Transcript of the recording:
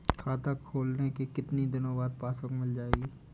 खाता खोलने के कितनी दिनो बाद पासबुक मिल जाएगी?